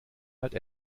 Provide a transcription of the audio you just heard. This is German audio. halt